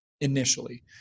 initially